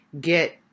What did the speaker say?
get